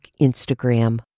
Instagram